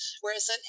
Whereas